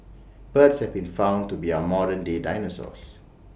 birds have been found to be our modern day dinosaurs